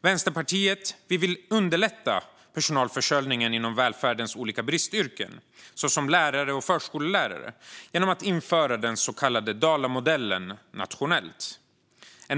Vänsterpartiet vill underlätta personalförsörjningen inom välfärdens olika bristyrken, såsom lärare och förskollärare, genom att införa den så kallade Dalamodellen nationellt.